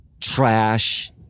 trash